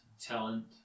talent